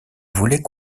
voulait